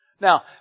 Now